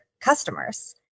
customers